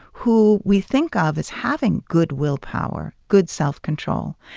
who we think of as having good willpower, good self-control,